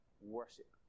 worship